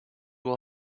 will